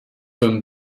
homme